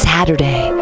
Saturday